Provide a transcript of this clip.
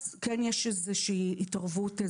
אז כן יש איזושהי התערבות.